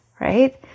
right